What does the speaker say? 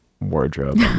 wardrobe